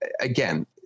again